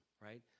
right